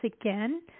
again